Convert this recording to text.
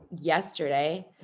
yesterday